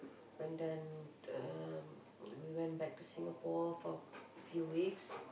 and then um we went back to Singapore for a few weeks